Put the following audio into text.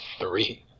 three